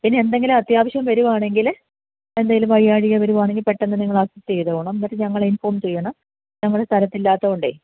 പിന്നെ എന്തെങ്കിലും അത്യാവശ്യം വരുവാണെങ്കിൽ എന്തേലും വയ്യായ്ക വരുവാണെങ്കിൽ പെട്ടന്ന് നിങ്ങൾ അസിസ്റ്റ ചെയ്തോണം എന്നിട്ട് ഞങ്ങളെ ഇൻഫോം ചെയ്യണം ഞങ്ങൾ സ്ഥലത്ത് ഇല്ലാത്തോണ്ടെ